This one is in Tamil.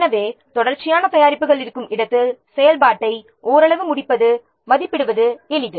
எனவே தொடர்ச்சியான தயாரிப்புகள் இருக்கும் இடத்தில் செயல்பாட்டை ஓரளவு முடிப்பது மதிப்பிடுவது எளிது